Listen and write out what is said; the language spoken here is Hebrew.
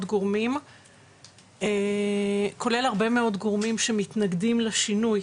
גורמים כולל הרבה מאוד גורמים שמתנגדים לשינוי,